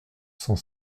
cent